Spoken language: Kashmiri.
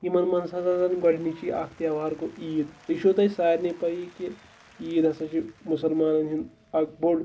یِمَن منٛز ہَسا زَن گۄڈنِچی اَکھ تہوار گوٚو عیٖد یہِ چھِو تۄہہِ سارنٕے پَیی کہِ عیٖد ہَسا چھِ مُسلمانَن ہُنٛد اَکھ بوٚڈ